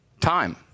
time